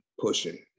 Pushing